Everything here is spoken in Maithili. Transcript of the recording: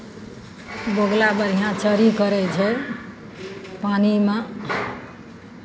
बगुला बढ़िआँ चरी करै छै पानिमे